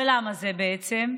ולמה זה בעצם?